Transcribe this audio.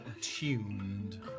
tuned